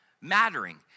mattering